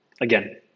Again